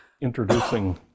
introducing